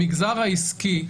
במגזר העסקי,